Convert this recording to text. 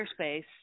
airspace